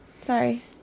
Sorry